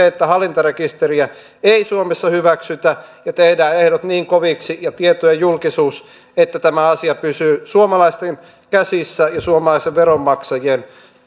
että hallintarekisteriä ei suomessa hyväksytä tehdään ehdot ja tietojen julkisuus niin koviksi että tämä asia pysyy suomalaisten käsissä ja suomalaisten veronmaksajien